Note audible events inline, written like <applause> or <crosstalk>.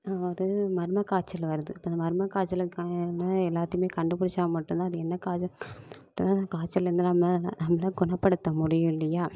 ஒரு மர்ம காய்ச்சலு வருது இப்போ அந்த மர்ம காய்ச்சலுக்கான எல்லாத்தையும் கண்டுபிடிச்சா மட்டும்தான் அது என்ன காச்சல் <unintelligible> காய்ச்சல்லருந்து நம்ம நம்மள குணப்படுத்த முடியும் இல்லையா